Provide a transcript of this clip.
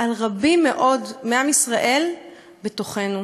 על רבים מאוד מעם ישראל בתוכנו.